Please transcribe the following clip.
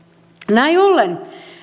näin ollen